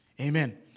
Amen